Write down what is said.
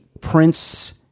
prince